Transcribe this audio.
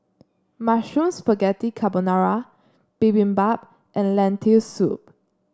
Mushroom Spaghetti Carbonara Bibimbap and Lentil Soup